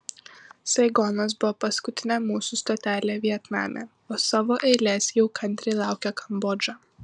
saigonas buvo paskutinė mūsų stotelė vietname o savo eilės jau kantriai laukė kambodža